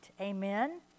Amen